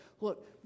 look